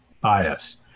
bias